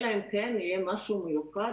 אלא אם כן, יהיה משהו מיוחד